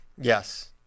yes